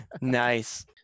Nice